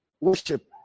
worship